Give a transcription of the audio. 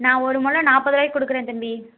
நான் ஒரு முழம் நாற்பது ரூவாய்க் கொடுக்கறேன் தம்பி